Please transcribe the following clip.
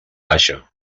baixa